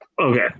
okay